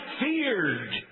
feared